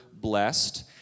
blessed